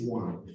one